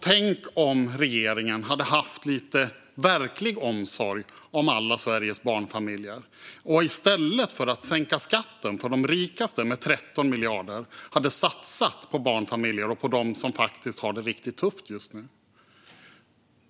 Tänk om regeringen hade haft lite verklig omsorg om alla Sveriges barnfamiljer och i stället för att sänka skatten för de rikaste med 13 miljarder hade satsat på barnfamiljer och på dem som faktiskt har det riktigt tufft just nu!